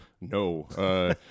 No